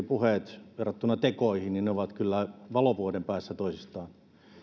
puheet verrattuna tekoihin ovat kyllä valovuoden päässä toisistaan